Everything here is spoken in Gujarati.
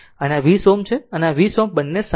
અને આ 20 Ω અને આ 20 બંને સમાંતર છે